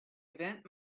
event